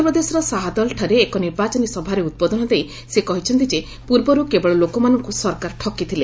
ମଧ୍ୟପ୍ରଦେଶର ସାହାଦଲ ଠାରେ ଏକ ନିର୍ବାଚନୀ ସଭାରେ ଉଦ୍ବୋଧନ ଦେଇ ସେ କହିଛନ୍ତି ଯେ ପୂର୍ବରୁ କେବଳ ଲୋକମାନଙ୍କୁ ସରକାର ଠକି ଥିଲେ